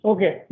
Okay